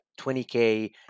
20k